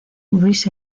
luis